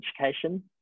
education